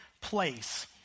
place